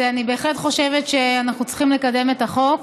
אני בהחלט חושבת שאנחנו צריכים לקדם את החוק.